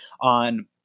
on